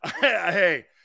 hey